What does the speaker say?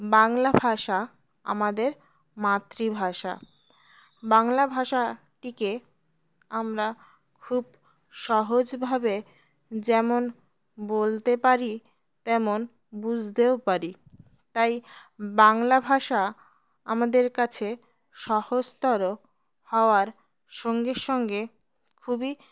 বাংলা ভাষা আমাদের মাতৃভাষা বাংলা ভাষাটিকে আমরা খুব সহজভাবে যেমন বলতে পারি তেমন বুঝতেও পারি তাই বাংলা ভাষা আমাদের কাছে সহজতর হওয়ার সঙ্গে সঙ্গে খুবই